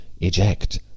Eject